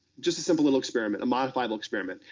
just a simple little experiment, a modifiable experiment.